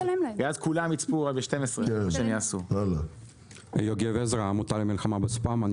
ואז כולם יצפו רק בערוץ 12. אני מהעמותה למלחמה בספאם.